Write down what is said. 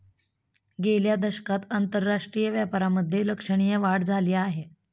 गेल्या दशकात आंतरराष्ट्रीय व्यापारामधे लक्षणीय वाढ झाली आहे